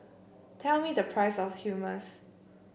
tell me the price of Hummus